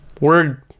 word